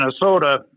Minnesota